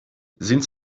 sind